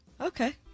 Okay